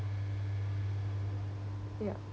ya